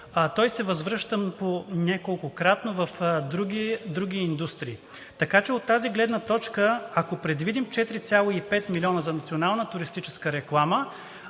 ни, се възвръща неколкократно в други индустрии. Така че от тази гледна точка, ако предвидим 4,5 милиона за национална туристическа реклама,